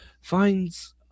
finds